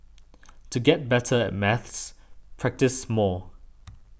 to get better at maths practise more